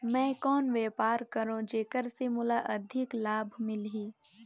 मैं कौन व्यापार करो जेकर से मोला अधिक लाभ मिलही?